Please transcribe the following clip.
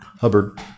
Hubbard